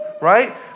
right